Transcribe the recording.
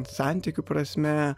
santykių prasme